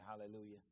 Hallelujah